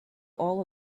all